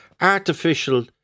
artificial